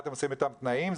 אתם עושים איתם תנאים?